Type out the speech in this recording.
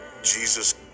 Jesus